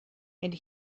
and